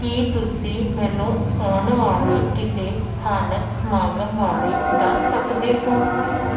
ਕੀ ਤੁਸੀਂ ਮੈਨੂੰ ਆਉਣ ਵਾਲੇ ਕਿਸੇ ਸਥਾਨਕ ਸਮਾਗਮ ਬਾਰੇ ਦੱਸ ਸਕਦੇ ਹੋ